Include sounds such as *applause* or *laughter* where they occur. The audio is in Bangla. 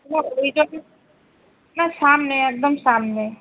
*unintelligible* না সামনে একদম সামনে